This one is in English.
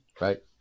right